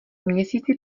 měsíci